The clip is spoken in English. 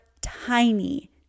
tiny